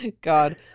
God